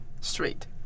straight